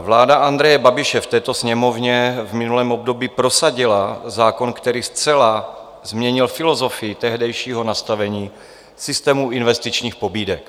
Vláda Andreje Babiše v této Sněmovně v minulém období prosadila zákon, který zcela změnil filozofii tehdejšího nastavení systému investičních pobídek.